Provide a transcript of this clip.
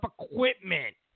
equipment